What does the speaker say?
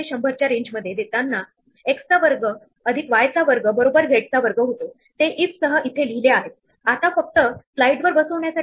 तेव्हा पहिल्या पायरीला आपण सांगितल्याप्रमाणे सुरुवातीच्या पोझिशन पासून एक मुव्ह वापरून पोहोचू शकणाऱ्या या 8 स्क्वेअर चे परीक्षण करूया आणि आपल्याला एकाच स्टेपमध्ये उपलब्ध असलेले हे स्क्वेअर आपण मार्क करून ठेवूया